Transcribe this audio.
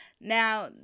now